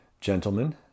Gentlemen